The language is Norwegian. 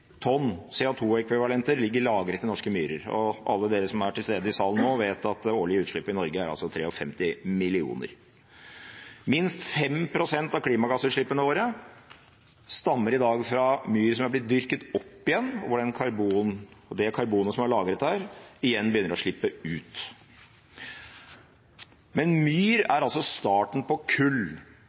tonn CO2-ekvivalenter ligger lagret i norske myrer. Og alle dere som er til stede i salen nå, vet at det årlige utslippet i Norge er 53 millioner tonn. Minst 5 pst. av klimagassutslippene våre stammer i dag fra myr som er blitt dyrket opp igjen, og hvor det karbonet som er lagret der, igjen begynner å slippe ut. Myr er altså starten på kull,